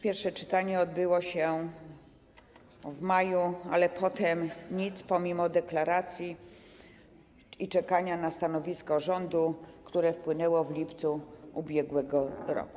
Pierwsze czytanie odbyło się w maju, ale potem nic - pomimo deklaracji i czekania na stanowisko rządu, które wpłynęło w lipcu ub.r.